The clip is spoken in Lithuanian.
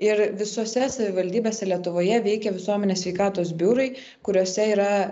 ir visose savivaldybėse lietuvoje veikia visuomenės sveikatos biurai kuriuose yra